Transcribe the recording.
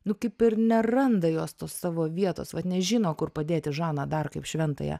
nu kaip ir neranda jos savo vietos vat nežino kur padėti žaną dark kaip šventąją